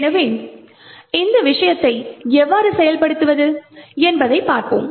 எனவே இந்த விஷயம் எவ்வாறு செயல்படுகிறது என்பதைப் பார்ப்போம்